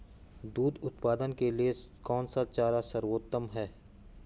दूध उत्पादन के लिए कौन सा चारा सर्वोत्तम है?